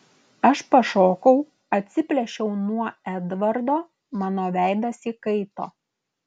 aš pašokau atsiplėšiau nuo edvardo mano veidas įkaito